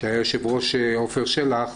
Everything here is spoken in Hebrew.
שהיה היושב-ראש עופר שלח,